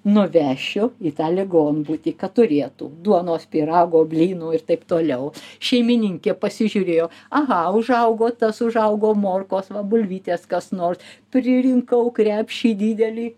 nuvešiu į ten ligonbūtį kad turėtų duonos pyrago blynų ir taip toliau šeimininkė pasižiūrėjo aha užaugo tas užaugo morkos va bulvytės kas nors pririnkau krepšį didelį